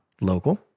local